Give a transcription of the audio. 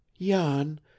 jan